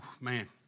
man